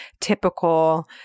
typical